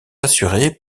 assurées